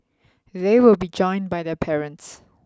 they will be joined by their parents